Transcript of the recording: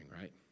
right